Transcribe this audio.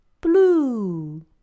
blue